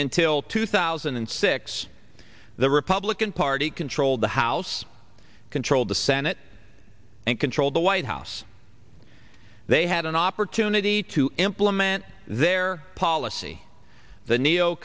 and till two thousand and six the republican party controlled the house controlled the senate and controlled the white house they had an opportunity to implement their policy the ne